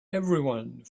everyone